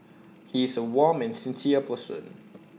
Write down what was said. he is A warm and sincere person